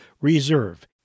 Reserve